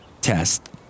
test